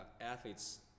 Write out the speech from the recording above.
athletes